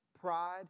pride